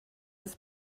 des